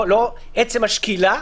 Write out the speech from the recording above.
לא עצם השקילה,